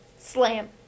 slam